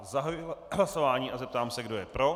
Zahajuji hlasování a zeptám se, kdo je pro.